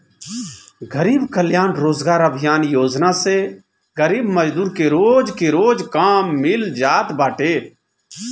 गरीब कल्याण रोजगार अभियान योजना से गरीब मजदूर के रोज के रोज काम मिल जात बाटे